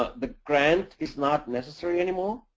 ah the grant is not necessary anymore.